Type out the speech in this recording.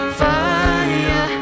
fire